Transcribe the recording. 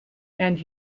and